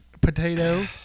Potato